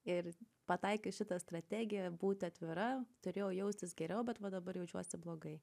ir pataikius šitą strategiją būti atvira turėjau jaustis geriau bet va dabar jaučiuosi blogai